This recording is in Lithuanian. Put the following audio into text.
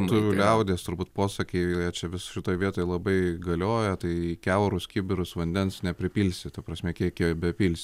lietuvių liaudies turbūt posakiai joje čia visų toje vietoj labai galioja tai kiaurus kibirus vandens nepripilsi ta prasme kieki jo bepilsi